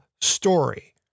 story